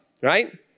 right